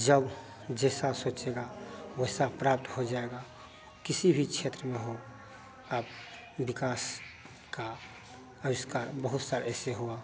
जब जैसा सोचेगा वैसा प्राप्त हो जाएगा किसी भी क्षेत्र में हो आप विकास का अविष्कार बहुत सारे ऐसे हुआ